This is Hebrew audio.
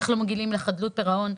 איך לא מגיעים לחדלות פירעון.